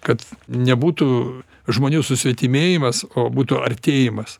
kad nebūtų žmonių susvetimėjimas o būtų artėjimas